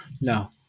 No